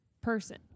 person